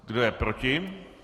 Kdo je proti?